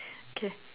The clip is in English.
K